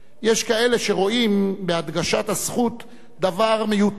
יש כאלה שרואים בהדגשת הזכות דבר מיותר,